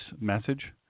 message